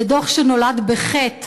זה דוח שנולד בחטא